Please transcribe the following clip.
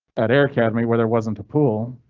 at air academy, where there wasn't a pool,